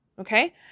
Okay